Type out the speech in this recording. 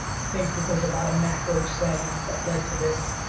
think that there's a lot of macro trends that led to this.